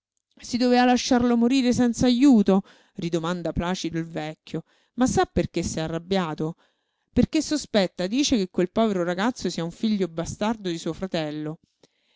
si doveva lasciarlo morire senza ajuto ridomanda placido il vecchio ma sa perché s'è arrabbiato perché sospetta dice che quel povero ragazzo sia un figlio bastardo di suo fratello